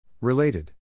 related